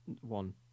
one